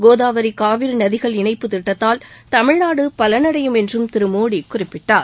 கோதாவரி காவிரி நதிகள் இணைப்பு திட்டத்தால் தமிழ்நாடு பலனடையும் என்றும் திரு மோடி குறிப்பிட்டார்